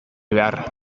behar